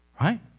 right